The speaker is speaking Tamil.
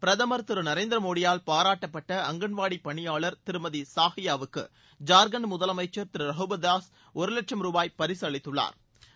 பிரதுமர் திரு நரேந்திர மோடியால் பாராட்டப்பட்ட அங்கன்வாடி பணியாளர் திருமதி சாஹியா மனிதாவுக்கு ஜார்கண்டு முதலமைச்சா் திரு ரகுபாதாஸ் ஒரு லட்சம் ரூபாய் பரிசு அளித்துள்ளாா்